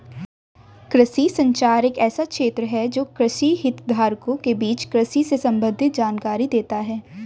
कृषि संचार एक ऐसा क्षेत्र है जो कृषि हितधारकों के बीच कृषि से संबंधित जानकारी देता है